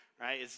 right